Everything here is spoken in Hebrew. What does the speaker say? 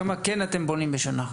כמה אתם בונים בשנה?